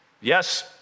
Yes